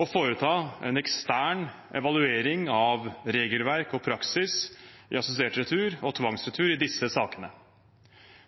å foreta en ekstern evaluering av regelverk og praksis ved assistert retur og tvangsretur i disse sakene.